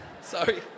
sorry